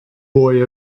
boy